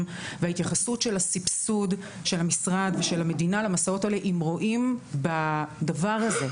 וההתייחסות של הסבסוד של המשרד ושל המדינה למסעות האלה אם רואים בדבר הזה,